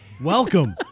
Welcome